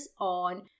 on